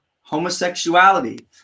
homosexuality